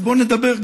אז בואו נדבר,